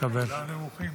תודה רבה,